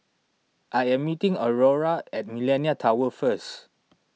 I am meeting Aurora at Millenia Tower first